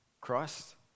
Christ